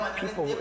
people